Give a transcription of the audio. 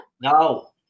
no